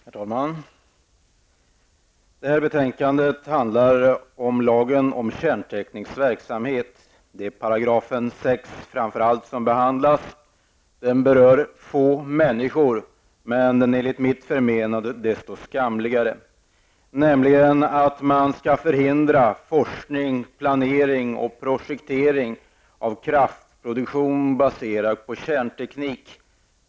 Herr talman! Detta betänkande handlar om lagen om kärnteknisk verksamhet. Det är framför allt 6 § som behandlas. Den berör få människor, men den är enligt mitt förmenande desto skamligare. Den innebär nämligen att forskning, planering och projektering av kraftproduktion baserad på kärnteknik skall förhindras.